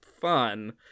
fun